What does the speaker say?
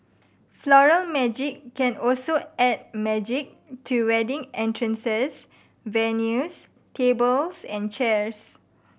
Floral Magic can also add magic to wedding entrances venues tables and chairs